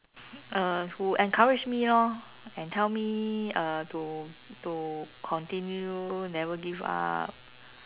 uh who encourage me lor and tell me uh to to continue never give up